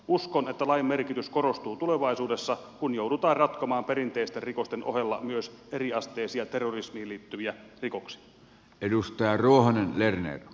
uskon että lain merkitys korostuu tulevaisuudessa kun joudutaan ratkomaan perinteisten rikosten ohella myös eriasteisia terrorismiin liittyviä rikoksia